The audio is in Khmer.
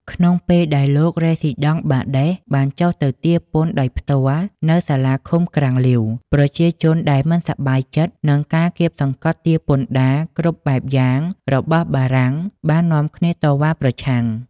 ក្នុងពេលដែលលោករេស៊ីដង់បាដេស បានចុះទៅទារពន្ធដោយផ្ទាល់នៅសាលាឃុំក្រាំងលាវ ប្រជាជនដែលមិនសប្បាយចិត្តនឹងការគាបសង្កត់ទារពន្ធដារគ្រប់បែបយ៉ាងរបស់បារាំងបាននាំគ្នាតវ៉ាប្រឆាំង។